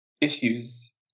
issues